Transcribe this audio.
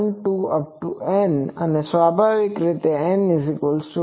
N અને સ્વાભાવિક રીતે n12